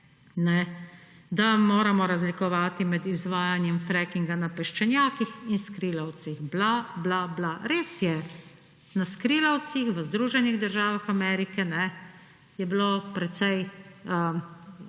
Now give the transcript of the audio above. da moramo razlikovati med izvajanjem frackinga na peščenjakih in skrilavcih. Bla bla bla ... Res je, na skrilavcih v Združenih državah Amerike je bilo precej